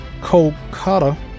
Kolkata